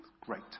Great